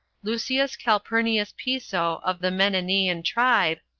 lucius calpurnius piso of the menenian tribe,